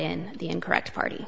in the incorrect party